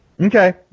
Okay